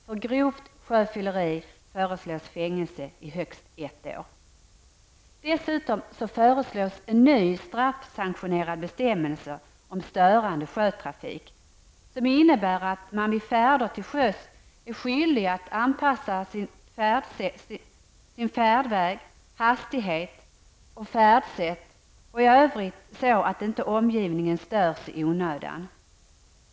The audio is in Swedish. För grovt sjöfylleri föreslås fängelse i högst ett år. Dessutom föreslås en ny straffsanktionerad bestämmelse om störande sjötrafik, som innebär att man vid färder till sjöss är skyldig att anpassa färdväg, hastighet och färdsätt i övrigt så att inte omgivningen störs i onödan.